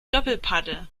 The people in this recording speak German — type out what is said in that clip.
doppelpaddel